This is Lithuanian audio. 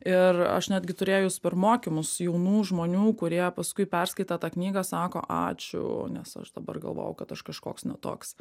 ir aš netgi turėjus per mokymus jaunų žmonių kurie paskui perskaitę tą knygą sako ačiū nes aš dabar galvojau kad aš kažkoks ne toks